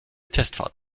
testfahrt